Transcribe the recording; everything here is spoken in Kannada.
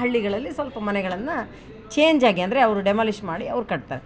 ಹಳ್ಳಿಗಳಲ್ಲಿ ಸ್ವಲ್ಪ ಮನೆಗಳನ್ನು ಚೇಂಜ್ ಆಗಿ ಅಂದರೆ ಅವರು ಡೆಮಾಲಿಷ್ ಮಾಡಿ ಅವ್ರು ಕಟ್ತಾರೆ